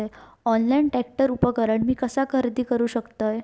Online tractor उपकरण मी कसा खरेदी करू शकतय?